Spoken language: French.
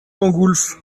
gengoulph